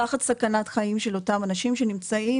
תחת סכנת חיים של אותם אנשים שנמצאים